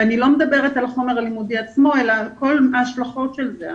ואני לא מדברת על החומר הלימודי עצמו אלא כל ההשלכות של זה.